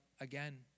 again